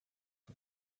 que